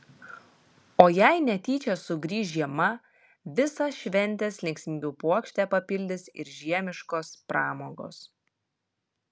o jei netyčia sugrįš žiema visą šventės linksmybių puokštę papildys ir žiemiškos pramogos